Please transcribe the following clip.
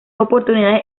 oportunidades